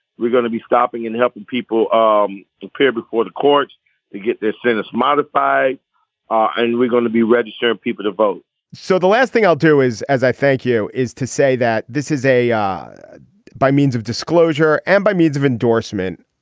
we're going to be stopping and helping people um appear before the court to get their sentence modified and we're going to be registering people to vote so the last thing i'll do is as i thank you is to say that this is a ah by means of disclosure and by means of endorsement.